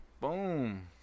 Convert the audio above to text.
Boom